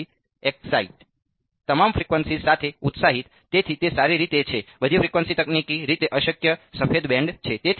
વિદ્યાર્થી એક્સાઈટ તમામ ફ્રીક્વન્સીઝ સાથે ઉત્સાહિત તેથી તે સારી રીતે છે કે બધી ફ્રીક્વન્સીઝ તકનીકી રીતે અશક્ય સફેદ બેન્ડ છે